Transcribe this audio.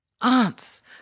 Aunts